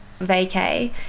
vacay